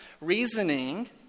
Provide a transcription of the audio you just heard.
reasoning